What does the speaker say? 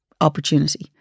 opportunity